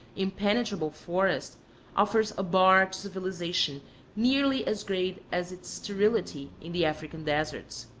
impenetrable forest offers a bar to civilization nearly as great as its sterility in the african deserts.